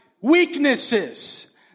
weaknesses